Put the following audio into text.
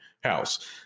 house